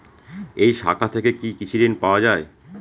এই শাখা থেকে কি কৃষি ঋণ পাওয়া যায়?